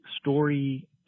story